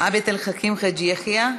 עבד אל חכים חאג' יחיא,